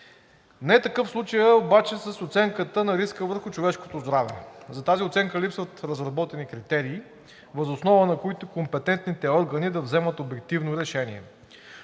Не е такъв случаят обаче с оценката на риска върху човешкото здраве. За тази оценка липсват разработени критерии, въз основа на които компетентните органи да вземат обективно решение,